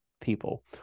people